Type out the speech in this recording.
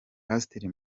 pasiteri